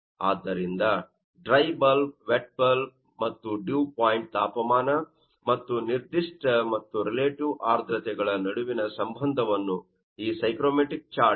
ಆದ್ದರಿಂದ dry bulb wet bulb ಮತ್ತು dew point ತಾಪಮಾನ ಮತ್ತು ನಿರ್ದಿಷ್ಟ ಮತ್ತು ರಿಲೇಟಿವ್ ಆರ್ದ್ರತೆಗಳ ನಡುವಿನ ಸಂಬಂಧವನ್ನು ಈ ಸೈಕ್ರೋಮೆಟ್ರಿಕ್ ಚಾರ್ಟ್ ಪ್ರದರ್ಶಿಸುತ್ತದೆ